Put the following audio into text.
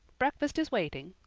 breakfast is waiting.